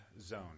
zone